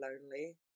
lonely